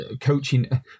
coaching